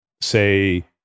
say